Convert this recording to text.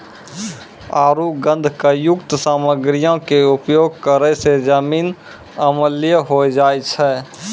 आरु गंधकयुक्त सामग्रीयो के उपयोग करै से जमीन अम्लीय होय जाय छै